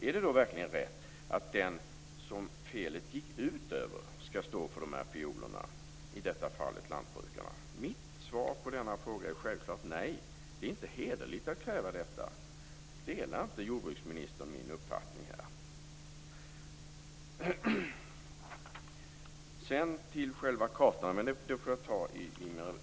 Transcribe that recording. Är det då verkligen rätt att den som felet gick ut över, i detta fall lantbrukarna, skall stå för fiolerna? Mitt svar på denna fråga är självfallet nej. Det är inte hederligt att kräva detta. Delar inte jordbruksministern min uppfattning här? Det som gäller själva kartorna får jag ta i mitt nästa inlägg.